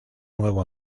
nuevo